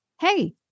hey